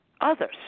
others